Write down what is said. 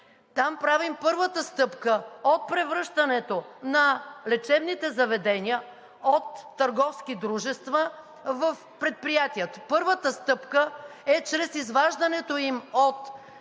Там правим първата стъпка от превръщането на лечебните заведения от търговски дружества в предприятия. Първата стъпка е чрез изваждането им от